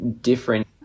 different